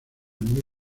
muy